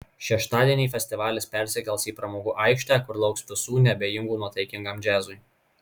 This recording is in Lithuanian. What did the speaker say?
šeštadienį festivalis persikels į pramogų aikštę kur lauks visų neabejingų nuotaikingam džiazui